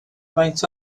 faint